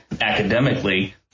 academically